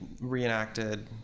reenacted